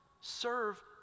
Serve